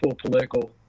political